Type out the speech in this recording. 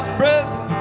brother